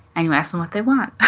and you ask them what they want